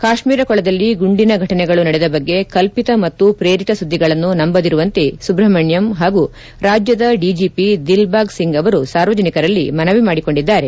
ಕಾತ್ತೀರ ಕೊಳದಲ್ಲಿ ಗುಂಡಿನ ಘಟನೆಗಳು ನಡೆದ ಬಗ್ಗೆ ಕಲ್ಪಿತ ಮತ್ತು ಪ್ರೇರಿತ ಸುದ್ದಿಗಳನ್ನು ನಂಬದಿರುವಂತೆ ಸುಬ್ರಹ್ನಣ್ಣಂ ಹಾಗೂ ರಾಜ್ಯದ ಡಿಜೆಪಿ ದಿಲ್ಬಾಗ್ ಸಿಂಗ್ ಅವರು ಸಾರ್ವಜನಿಕರಲ್ಲಿ ಮನವಿ ಮಾಡಿಕೊಂಡಿದ್ದಾರೆ